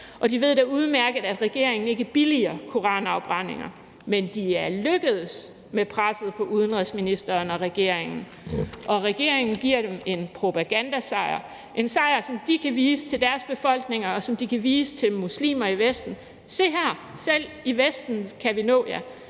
de ved også udmærket, at regeringen ikke billiger koranafbrændinger, men de er lykkedes med presset på udenrigsministeren og regeringen, og regeringen giver dem en propagandasejr, en sejr, som de kan vise til deres befolkninger, og som de kan vise til muslimer i Vesten: Se her, selv i Vesten kan vi nå jer;